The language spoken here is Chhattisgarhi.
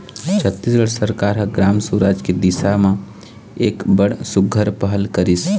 छत्तीसगढ़ सरकार ह ग्राम सुराज के दिसा म एक बड़ सुग्घर पहल करिस